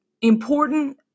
important